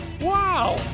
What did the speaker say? Wow